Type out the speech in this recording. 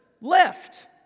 left